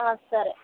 ಹಾಂ ಸರಿ